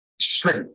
straight